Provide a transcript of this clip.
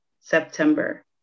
September